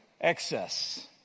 Excess